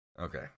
Okay